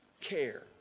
care